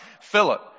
Philip